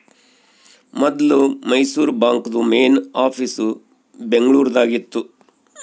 ಮೊದ್ಲು ಮೈಸೂರು ಬಾಂಕ್ದು main office Bengaluru ದಾಗ ಇತ್ತು